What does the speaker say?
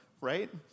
right